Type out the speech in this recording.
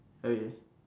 okay